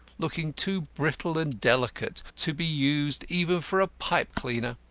looking too brittle and delicate to be used even for a pipe-cleaner.